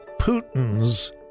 Putin's